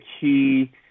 key